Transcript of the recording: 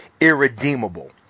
irredeemable